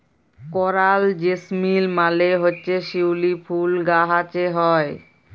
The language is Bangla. করাল জেসমিল মালে হছে শিউলি ফুল গাহাছে হ্যয়